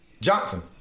Johnson